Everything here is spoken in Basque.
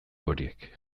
horiek